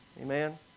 Amen